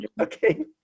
okay